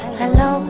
hello